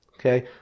Okay